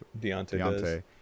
Deontay